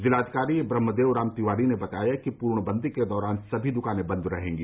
जिलाधिकारी ब्रह्मदेव राम तिवारी ने कहा कि पूर्ण बन्दी के दौरान सभी दुकाने बंद रहेंगी